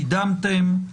קידמתם.